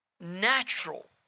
natural